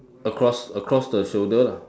across across the shoulder